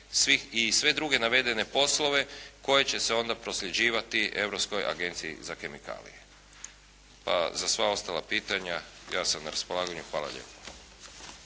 i sve druge navedene poslove koji će se onda prosljeđivati Europskoj agenciji za kemikalije. Za sva ostala pitanja ja sam na raspolaganju. Hvala lijepa.